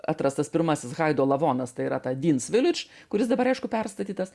atrastas pirmasis haido lavonas tai yra ta deans village kuris dabar aišku perstatytas